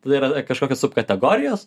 tada yra kažkokios subkategorijos